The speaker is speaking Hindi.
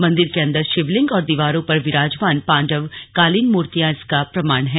मंदिर के अन्दर शिवलिंग और दीवारों पर विराजमान पांडव कालीन मूर्तियां इसका प्रमाण हैं